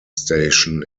station